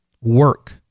work